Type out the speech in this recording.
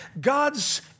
God's